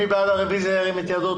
מי בעד הרביזיה ירים את ידו?